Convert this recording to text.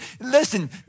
Listen